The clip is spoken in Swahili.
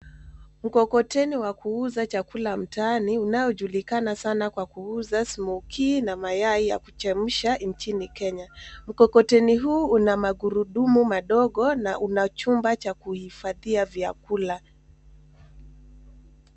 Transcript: Mkokoteni wa kuuza chakula mtaani unaojulikana sana kwa kuuza Smokii na mayai ya kuchemsha nchini Kenya. Mkokoteni huu una magurudumu madogo na una chumba cha kuhifadhia vyakula.